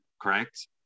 correct